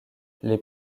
les